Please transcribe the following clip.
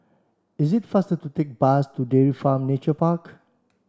is it faster to take bus to Dairy Farm Nature Park